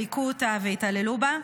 היכו אותה והתעללו בה.